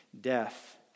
death